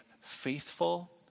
faithful